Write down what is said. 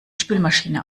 spülmaschine